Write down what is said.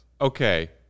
Okay